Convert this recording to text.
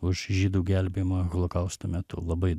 už žydų gelbėjimą holokausto metu labai